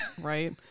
Right